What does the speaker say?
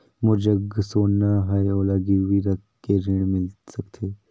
मोर जग सोना है ओला गिरवी रख के ऋण मिल सकथे?